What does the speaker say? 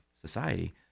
society